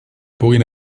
puguin